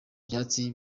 byatsi